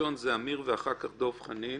ראשון ידבר אמיר, אחריו דב חנין,